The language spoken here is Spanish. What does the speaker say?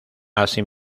así